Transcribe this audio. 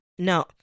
No